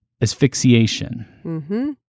asphyxiation